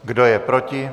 Kdo je proti?